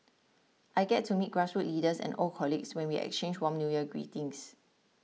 I get to meet grassroots leaders and old colleagues when we exchange warm New Year greetings